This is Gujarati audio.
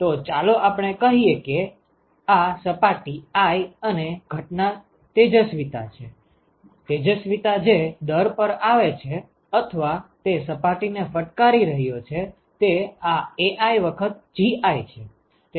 તો ચાલો આપણે કહીએ કે આ સપાટી i અને ઘટના તેજસ્વિતા છે તેજસ્વિતા જે દર પર આવે છે અથવા તે સપાટીને ફટકારી રહ્યો છે તે આ Ai વખત Gi છે